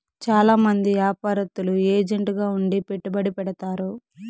చాలా మంది యాపారత్తులు ఏజెంట్ గా ఉండి పెట్టుబడి పెడతారు